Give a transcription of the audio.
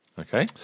Okay